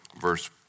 Verse